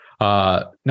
Now